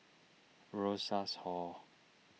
Rosas Hall